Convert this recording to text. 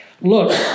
look